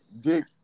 dick